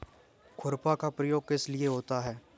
खुरपा का प्रयोग किस लिए होता है?